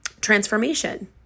transformation